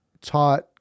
taught